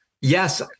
yes